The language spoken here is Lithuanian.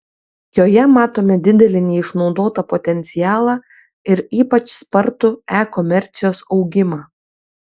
joje matome didelį neišnaudotą potencialą ir ypač spartų e komercijos augimą